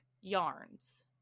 yarns